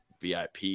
VIP